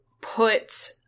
put